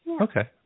Okay